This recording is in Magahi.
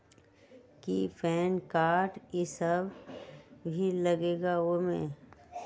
कि पैन कार्ड इ सब भी लगेगा वो में?